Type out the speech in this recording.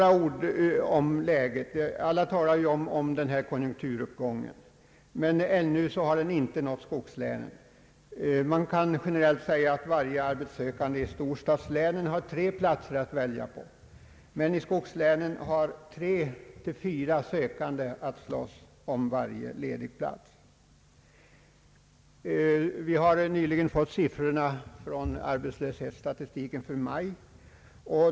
Alla talar om den pågående konjunkturuppgången, men den har ännu inte nått skogslänen. Generellt kan man säga att varje arbetssökande i storstadslänen har tre platser att välja på, medan mellan tre och fyra arbetssökande i skogslänen måste slåss om varje ledig plats. Vi har nyligen fått siffrorna för arbetslöshetsstatistiken under maj.